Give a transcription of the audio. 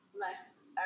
less